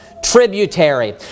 Tributary